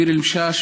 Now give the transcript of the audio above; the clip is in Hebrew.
ביר אל-משאש,